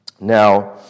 Now